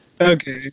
Okay